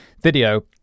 video